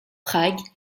prague